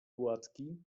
gładki